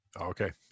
Okay